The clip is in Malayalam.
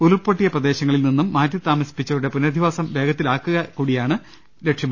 ഉരുൾപൊട്ടിയിപ്രദേശങ്ങളിൽ നി ന്നും മാറ്റിത്താമസിപ്പിച്ചവരുടെ പുനരധിപാസ വേഗത്തിലാക്കുക കൂടിയാണ് ലക്ഷ്യം